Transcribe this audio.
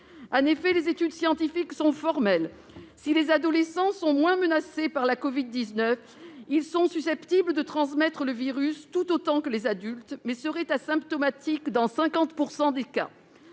En effet, les études scientifiques sont formelles : si les adolescents sont moins menacés par la covid-19, ils sont susceptibles de transmettre le virus tout autant que les adultes, mais seraient asymptomatiques dans 50 % des cas.